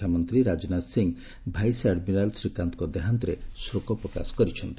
ପ୍ରତିରକ୍ଷା ମନ୍ତ୍ରୀ Rajnath Singh vice admiral ଶ୍ରୀକାନ୍ତଙ୍କ ଦେହାନ୍ତରେ ଶୋକ ପ୍ରକାଶ କରିଛନ୍ତି